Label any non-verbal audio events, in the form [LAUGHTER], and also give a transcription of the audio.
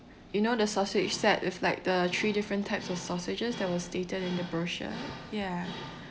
you know the sausage [NOISE] set with like the three different types of sausages that was stated in the brochure ya